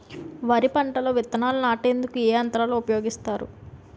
వరి పంటలో విత్తనాలు నాటేందుకు ఏ యంత్రాలు ఉపయోగిస్తారు?